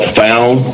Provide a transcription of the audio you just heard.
found